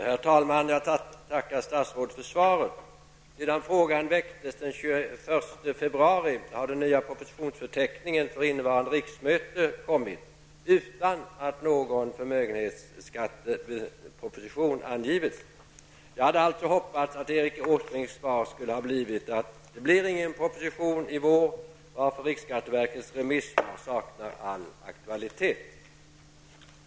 Herr talman! Jag tackar statsrådet för svaret. Sedan frågan väcktes den 21 februari har den nya propositionsförteckningen för innevarande riksmöte kommit utan att någon förmögenhetsskatteproposition angivits. Jag hade alltså hoppats att Erik Åsbrinks svar skulle ha blivit att det inte kommer någon proposition i vår, varför riksskatteverkets remissvar saknar all aktualitet.